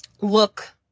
look